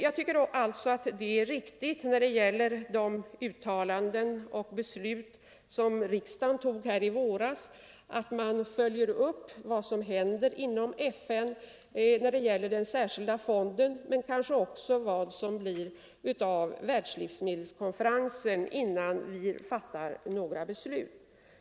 Med tanke på riksdagens uttalanden och beslut i våras anser jag att det är viktigt att vi följer upp vad som händer inom FN när det gäller den särskilda fonden, men kanske också vad det blir av världslivsmedelskonferensen, innan vi fattar några beslut.